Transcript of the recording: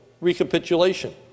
recapitulation